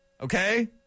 Okay